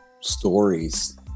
stories